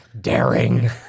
daring